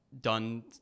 done